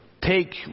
take